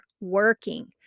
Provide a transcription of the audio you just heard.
working